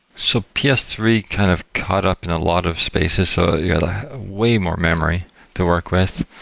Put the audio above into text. so p s three kind of caught up in a lot of spaces, so yeah way more memory to work with.